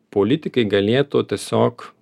politikai galėtų tiesiog